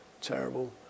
terrible